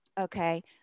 okay